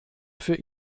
für